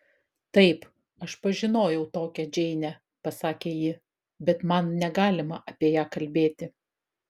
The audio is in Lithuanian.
taip aš pažinojau tokią džeinę pasakė ji bet man negalima apie ją kalbėti